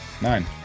Nine